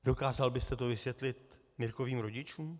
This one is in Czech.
Dokázal byste to vysvětlit Mirkovým rodičům?